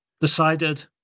decided